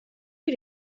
you